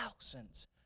thousands